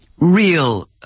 real